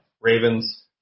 Ravens